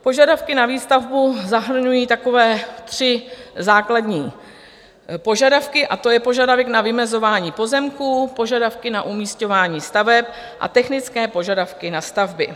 Požadavky na výstavbu zahrnují takové tři základní požadavky a to je požadavek na vymezování pozemků, požadavky na umísťování staveb a technické požadavky na stavby.